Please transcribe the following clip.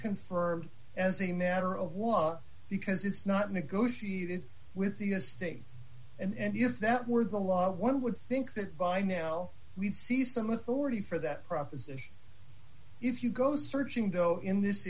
confirmed as a matter of law because it's not negotiated with the estate and if that were the law one would think that by now we'd see some authority for that proposition if you go searching though in this